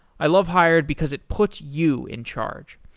i love hired because it puts you in charge.